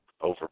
over